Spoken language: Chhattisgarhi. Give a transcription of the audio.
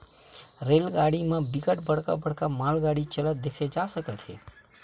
रेल पटरी म बिकट बड़का बड़का मालगाड़ी चलत देखे जा सकत हे